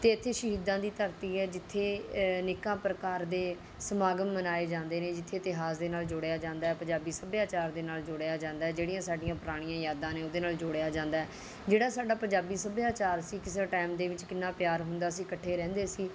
ਅਤੇ ਇੱਥੇ ਸ਼ਹੀਦਾਂ ਦੀ ਧਰਤੀ ਹੈ ਜਿੱਥੇ ਅਨੇਕਾਂ ਪ੍ਰਕਾਰ ਦੇ ਸਮਾਗਮ ਮਨਾਏ ਜਾਂਦੇ ਨੇ ਜਿੱਥੇ ਇਤਹਾਸ ਦੇ ਨਾਲ ਜੋੜਿਆ ਜਾਂਦਾ ਹੈ ਪੰਜਾਬੀ ਸੱਭਿਆਚਰ ਦੇ ਨਾਲ ਜੋੜਿਆ ਜਾਂਦਾ ਹੈ ਜਿਹੜੀਆਂ ਸਾਡੀਆਂ ਪੁਰਾਣੀਆਂ ਯਾਦਾਂ ਨੇ ਉਹਦੇ ਨਾਲ ਜੋੜਿਆ ਜਾਂਦਾ ਹੈ ਜਿਹੜਾ ਸਾਡਾ ਪੰਜਾਬੀ ਸੱਭਿਆਚਾਰ ਸੀ ਕਿਸੇ ਟੈਮ ਦੇ ਵਿੱਚ ਕਿੰਨਾ ਪਿਆਰ ਹੁੰਦਾ ਸੀ ਇਕੱਠੇ ਰਹਿੰਦੇ ਸੀ